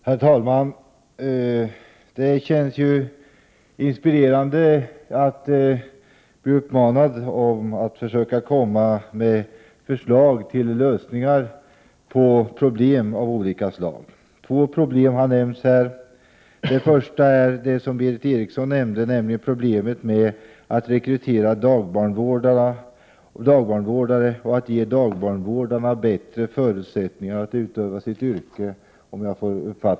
Herr talman! Det känns ju inspirerande att bli uppmanad att försöka komma med förslag till lösning av problem av olika slag. Två problem har nämnts. Det första är det som Berith Eriksson tog upp, nämligen problemet att rekrytera dagbarnvårdare och att — om jag har uppfattat det rätt — ge dessa bättre förutsättningar att utöva sitt yrke.